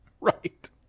Right